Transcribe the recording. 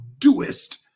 doest